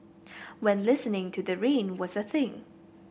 when listening to the rain was a thing